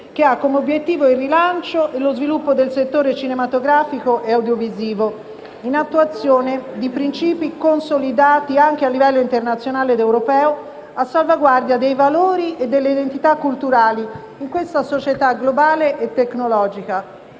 che ha come obiettivo il rilancio e lo sviluppo del settore cinematografico e audiovisivo, in attuazione di principi consolidati anche a livello internazionale e europeo a salvaguardia dei valori e delle identità culturali in questa società globale e tecnologica.